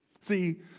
See